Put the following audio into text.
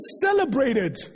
celebrated